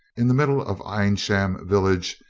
in the middle of eynsham village,